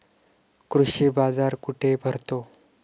कृषी बाजार कुठे भरतो?